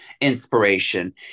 inspiration